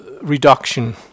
Reduction